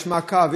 יש מעקב,